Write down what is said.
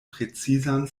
precizan